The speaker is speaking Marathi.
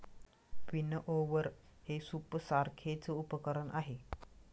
विनओवर हे सूपसारखेच उपकरण आहे